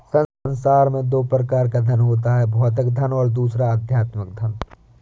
संसार में दो प्रकार का धन होता है भौतिक धन और दूसरा आध्यात्मिक धन